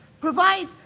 provide